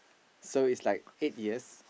so it's like eight years